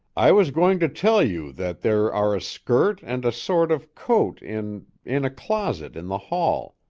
i was going to tell you that there are a skirt and a sort of coat in in a closet in the hall.